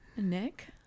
nick